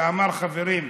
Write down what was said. הוא אמר: חברים,